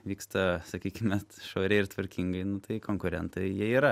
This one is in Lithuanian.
vyksta sakykime švariai ir tvarkingai nu tai konkurentai jie yra